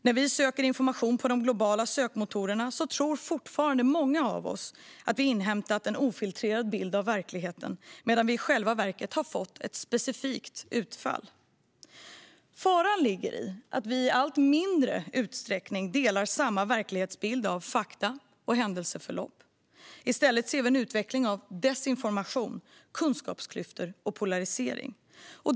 När vi söker information på de globala sökmotorerna tror fortfarande många av oss att vi inhämtat en ofiltrerad bild av verkligheten medan vi i själva verket har fått ett specifikt utfall. Faran ligger i att vi i allt mindre utsträckning delar samma verklighetsbild av fakta och händelseförlopp. I stället ser vi en utveckling av desinformation, kunskapsklyftor och polarisering.